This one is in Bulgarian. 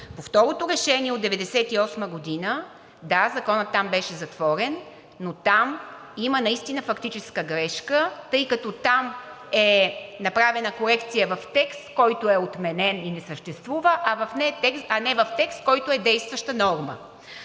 По второто решение от 1998 г. – да, законът там беше затворен, но там има наистина фактическа грешка, тъй като там е направена корекция в текст, който е отменен и не съществува, а не в текст, който е действаща норма.